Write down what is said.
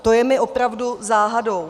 To je mi opravdu záhadou.